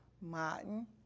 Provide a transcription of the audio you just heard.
Martin